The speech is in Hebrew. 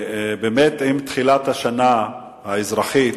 עם תחילת השנה האזרחית